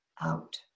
out